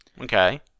Okay